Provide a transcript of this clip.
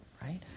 right